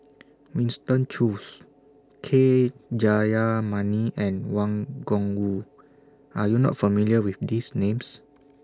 Winston Choos K Jayamani and Wang Gungwu Are YOU not familiar with These Names